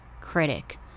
critic